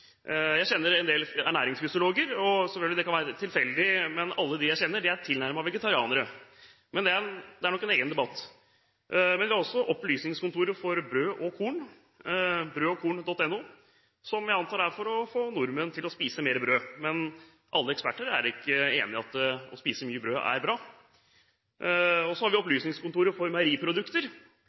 Jeg kjenner en del ernæringsfysiologer. Det kan selvfølgelig være tilfeldig, men alle de jeg kjenner, er tilnærmet vegetarianere. Men det er nok en egen debatt. Vi har også Opplysningskontoret for brød og korn – brodogkorn.no – som jeg antar er til for å få nordmenn til å spise mer brød. Men alle eksperter er ikke enig i at det å spise mye brød er bra. Så har vi Opplysningskontoret for